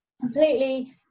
completely